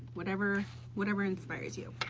whatever whatever inspires you.